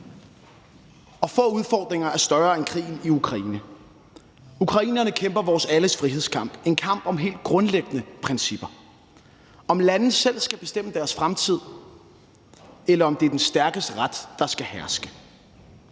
Få udfordringer er større end krigen i Ukraine. Ukrainerne kæmper vores alles frihedskamp – en kamp om helt grundlæggende principper. Det drejer sig om, om lande selv skal bestemme deres fremtid, eller om det er den stærkes ret, der skal herske.